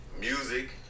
music